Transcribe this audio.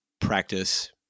practice